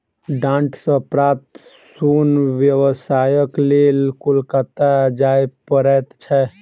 डांट सॅ प्राप्त सोन व्यवसायक लेल कोलकाता जाय पड़ैत छै